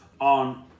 on